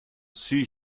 see